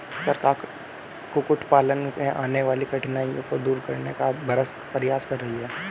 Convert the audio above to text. सरकार कुक्कुट पालन में आने वाली कठिनाइयों को दूर करने का भरसक प्रयास कर रही है